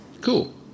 Cool